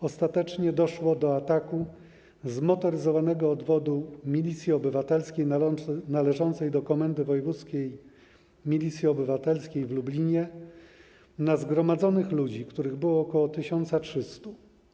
Ostatecznie doszło do ataku Zmotoryzowanego Odwodu Milicji Obywatelskiej, należącego do Komendy Wojewódzkiej Milicji Obywatelskiej w Lublinie, na zgromadzonych ludzi, których było ok. 1300.